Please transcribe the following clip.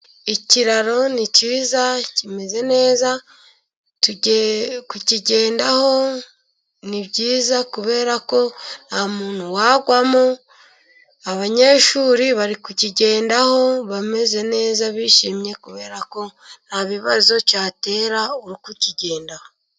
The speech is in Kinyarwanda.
Ikiraro ni cyiza kimeze neza kukigendaho ni byiza kuberako nta muntu wagwamo, abanyeshuri bari kukigendaho bameze neza bishimye, kuberako nta bibazo cyatera uri kukigendaho.